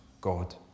God